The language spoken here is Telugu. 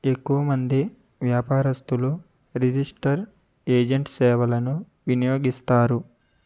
ఎక్కువ మంది వ్యాపారస్థులు రిజిస్టర్ ఏజెంట్ సేవలను వినియోగిస్తారు